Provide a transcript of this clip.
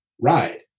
ride